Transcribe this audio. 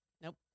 Nope